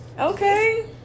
Okay